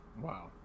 Wow